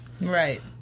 Right